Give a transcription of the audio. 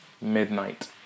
Midnight